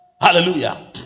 Hallelujah